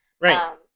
Right